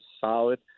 solid